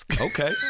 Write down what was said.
Okay